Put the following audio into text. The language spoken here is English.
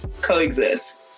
coexist